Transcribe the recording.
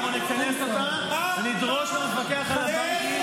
אנחנו נכנס אותה ונדרוש מהמפקח על הבנקים